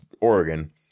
oregon